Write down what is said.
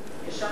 מוסלמיים,